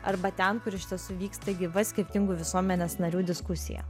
arba ten kur iš tiesų vyksta gyva skirtingų visuomenės narių diskusija